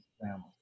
family